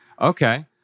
Okay